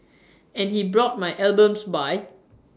and he brought my albums by